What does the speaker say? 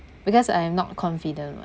because I am not confident [what]